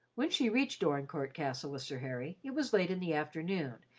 when she reached dorincourt castle with sir harry, it was late in the afternoon,